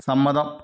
സമ്മതം